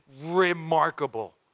remarkable